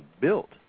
built